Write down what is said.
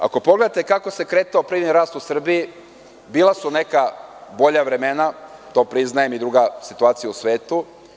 Ako pogledate kako se kretao privredni rast u Srbiji, bila su neka bolja vremena, to priznajem i druga situacija u svetu.